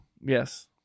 Yes